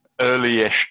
early-ish